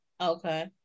Okay